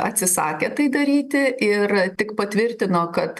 atsisakė tai daryti ir tik patvirtino kad